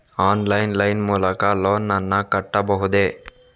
Online line ಮೂಲಕ loan ನನ್ನ ಕಟ್ಟಬಹುದೇ?